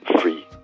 free